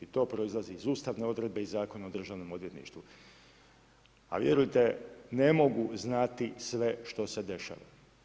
To proizlazi iz ustavne odredbe iz Zakona o državnom odvjetništvu, a vjerujte ne mogu znati sve što se dešava.